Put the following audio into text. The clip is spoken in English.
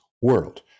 world